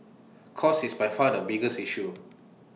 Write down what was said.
cost is by far the biggest issue